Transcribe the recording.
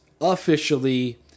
officially